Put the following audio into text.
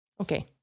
Okay